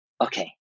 okay